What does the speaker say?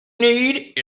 need